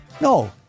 No